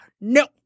No